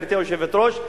גברתי היושבת-ראש,